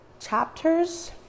chapters